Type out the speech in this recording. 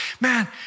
man